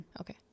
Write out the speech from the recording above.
Okay